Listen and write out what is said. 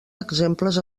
exemples